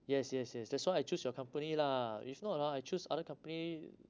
yes yes yes that's why I choose your company lah if not ah I choose other company